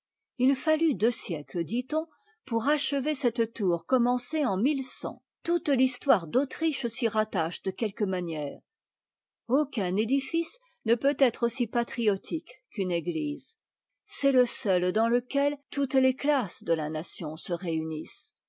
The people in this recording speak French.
il failut deux sièctes dit-on pour achever cette tour commencée en toute l'histoire d'autriche s'y rattache de quelque manière aucun édifice ne peut être aussi patriotique qu'une église c'est te seul dans lequel toutes les classes de la nation se réunissent